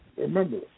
Remember